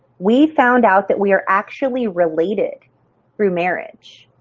we found out that we are actually related through marriage.